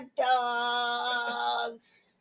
dogs